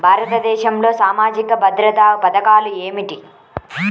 భారతదేశంలో సామాజిక భద్రతా పథకాలు ఏమిటీ?